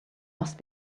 must